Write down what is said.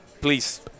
please